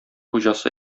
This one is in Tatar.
хуҗасы